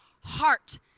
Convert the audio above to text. heart